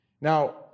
Now